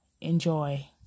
Enjoy